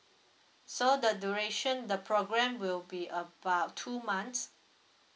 so the duration the program will be about two months